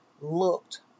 looked